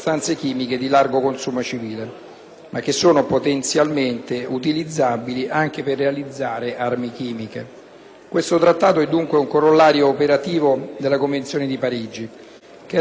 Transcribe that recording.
Questo Trattato è dunque un corollario operativo della Convenzione di Parigi, che rende effettive le importanti innovazioni in materia di disarmo con il bando dell'intera categoria delle armi chimiche.